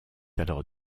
alors